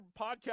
podcast